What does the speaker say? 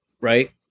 right